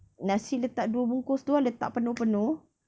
nasi letak dua bungkus tu ah letak penuh-penuh